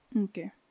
okay